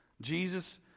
Jesus